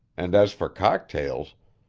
and as for cocktails,